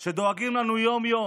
שדואגים לנו יום-יום,